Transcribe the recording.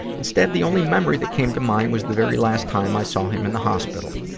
instead, the only memory that came to mind was the very last time i saw him in the hospital.